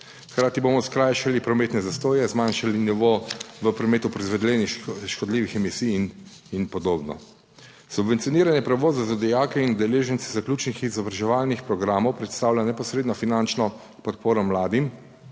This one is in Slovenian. Hkrati bomo skrajšali prometne zastoje, zmanjšali nivo v prometu proizvedenih škodljivih emisij in podobno. Subvencioniranje prevoza za dijake in udeležence zaključnih izobraževalnih programov predstavlja neposredno finančno podporo mladim,